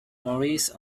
maurice